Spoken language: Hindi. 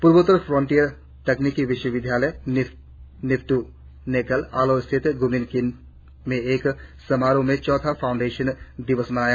पूर्वोत्तर फ्रंटियर तकनीकी विश्वविद्यालय निफ्टू ने कल आलो स्थित गुमिन कीन में एक समारोह में चौथा फाउंडेशन दिवस मनाया